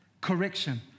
correction